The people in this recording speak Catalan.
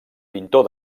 pintor